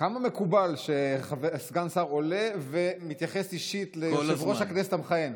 כמה מקובל שסגן שר עולה ומתייחס אישית ליושב-ראש הכנסת המכהן?